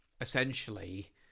essentially